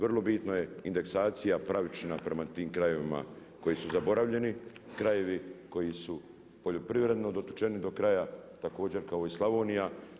Vrlo bitno je indeksacija pravična prema tim krajevima koji su zaboravljeni, krajevi koji su poljoprivredno dotučeni do kraja također kao i Slavonija.